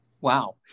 Wow